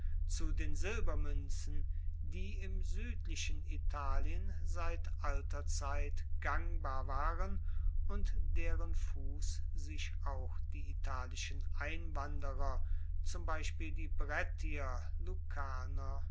zu den silbermuenzen die im suedlichen italien seit alter zeit gangbar waren und deren fuss sich auch die italischen einwanderer zum beispiel die brettier